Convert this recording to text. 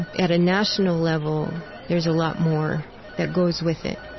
at a national level, there's a lot more that goes with it.